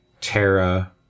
Terra